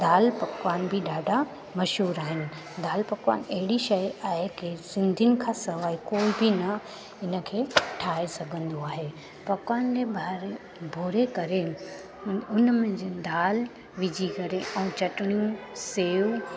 दाल पकवान बि ॾाढा मशहूरु आहिनि दाल पकवान अहिड़ी शइ आहे कि सिंधीयुनि खां सवाइ कोई बि इनखे ठाहे सघंदो आहे पकवान में भरे भोरे करे उन उनमें जीअं दाल विझी करे ऐं चटणियूं सेव